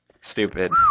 Stupid